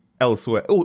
elsewhere